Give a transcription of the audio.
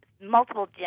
multiple